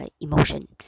emotion